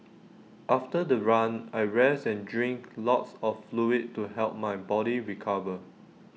after the run I rest and drink lots of fluid to help my body recover